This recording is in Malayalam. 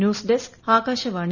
news desk Akashvani